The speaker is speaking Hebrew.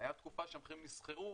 הייתה תקופה שהמחירים נסחרו